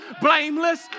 blameless